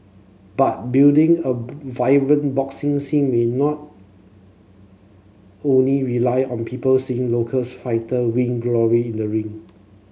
but building a vibrant boxing scene may not only rely on people seeing locals fighter win glory in the ring